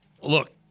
look